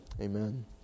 Amen